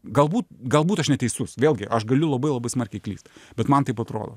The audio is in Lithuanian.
galbūt galbūt aš neteisus vėlgi aš galiu labai labai smarkiai klyst bet man taip atrodo